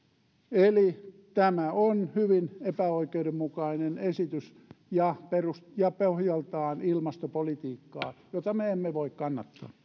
eli tämä on hyvin epäoikeudenmukainen esitys ja pohjaltaan ilmastopolitiikkaa jota me emme voi kannattaa